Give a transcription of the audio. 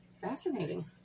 Fascinating